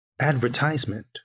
advertisement